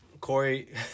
Corey